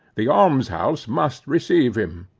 the alms-house must receive him.